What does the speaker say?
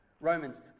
romans